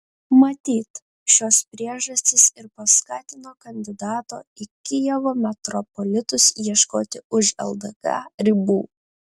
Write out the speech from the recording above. matyt šios priežastys ir paskatino kandidato į kijevo metropolitus ieškoti už ldk ribų